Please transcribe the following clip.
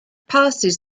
passes